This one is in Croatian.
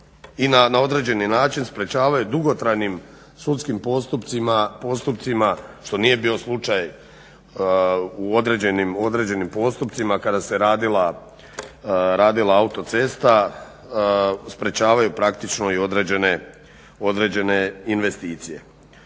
i na određeni način sprečavaju dugotrajnim sudskim postupcima što nije bio slučaj u određenim postupcima kada se radila autocesta sprečavaju praktično i određene investicije.